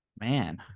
Man